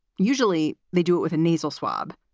usually they do it with a nasal swab.